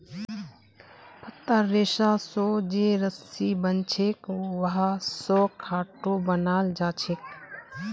पत्तार रेशा स जे रस्सी बनछेक वहा स खाटो बनाल जाछेक